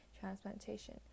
transplantation